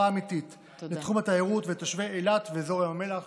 אמיתית לתחום התיירות ולתושבי אילת ואזור ים המלח.